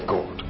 God